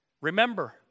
Remember